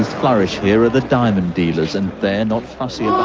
flourish here are the diamond dealers and they're not fussy yeah